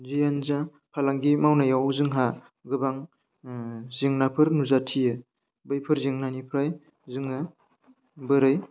जियानो जा फालांगि मावनायाव जोंहा गोबां जेंनाफोर नुजाथियो बैफोर जेंनानिफ्राय जोङो बोरै